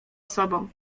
osobą